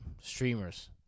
streamers